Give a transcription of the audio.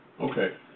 Okay